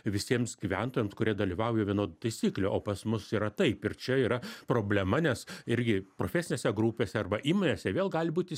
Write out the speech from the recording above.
visiems gyventojams kurie dalyvauja vienodų taisyklių o pas mus yra taip ir čia yra problema nes irgi profesinėse grupėse arba įmonėse vėl gali būti